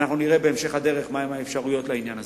ואנחנו נראה בהמשך הדרך מהן האפשרויות בעניין הזה.